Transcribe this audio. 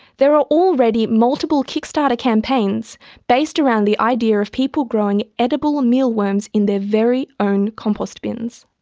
there are already multiple kickstarter campaigns based around the idea of people growing edible mealworms in their very own compost bins.